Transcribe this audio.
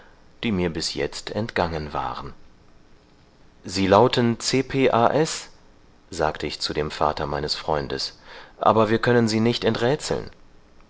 die mir bis jetzt entgangen waren sie lauten c p a s sagte ich zu dem vater meines freundes aber wir können sie nicht